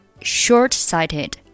short-sighted